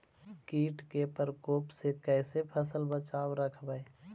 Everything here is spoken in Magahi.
कीट के परकोप से कैसे फसल बचाब रखबय?